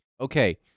okay